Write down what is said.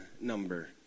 number